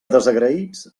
desagraïts